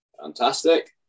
Fantastic